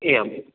एवम्